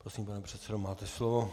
Prosím, pane předsedo, máte slovo.